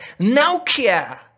Nokia